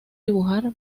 dibujar